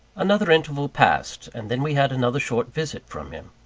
another interval passed and then we had another short visit from him.